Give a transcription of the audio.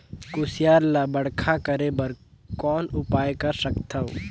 कुसियार ल बड़खा करे बर कौन उपाय कर सकथव?